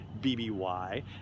BBY